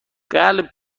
قلب